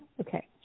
Okay